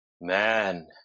Man